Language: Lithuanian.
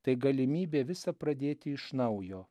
tai galimybė visa pradėti iš naujo